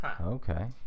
Okay